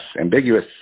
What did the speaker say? ambiguous